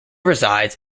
resides